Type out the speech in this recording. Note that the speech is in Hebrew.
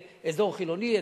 באזור חילוני.